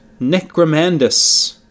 Necromandus